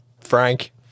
frank